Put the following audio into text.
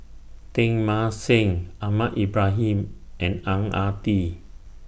Teng Mah Seng Ahmad Ibrahim and Ang Ah Tee